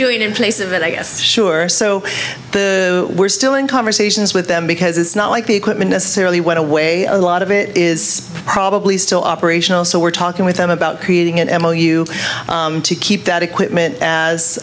doing in place of it i guess sure so we're still in conversations with them because it's not like the equipment necessarily went away a lot of it is probably still operational so we're talking with them about creating an m o you to keep that equipment as